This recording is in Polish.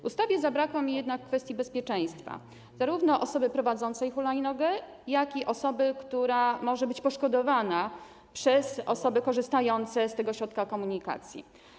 W ustawie zabrakło mi jednak kwestii bezpieczeństwa zarówno osoby prowadzącej hulajnogę, jak i osoby, która może być poszkodowana przez osoby korzystające z tego środka komunikacji.